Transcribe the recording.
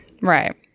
Right